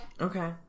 Okay